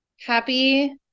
Happy